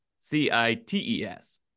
c-i-t-e-s